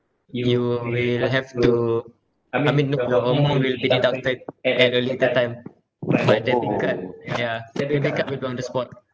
you will have to I mean the amount will be deducted at a later time but debit card yeah debit card will be on the spot